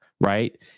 Right